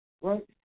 Right